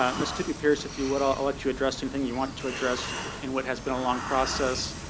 um miss tippey pierce, if you would, i'll let you address something you want to address in what has been a long process.